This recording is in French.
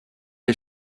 est